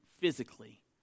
physically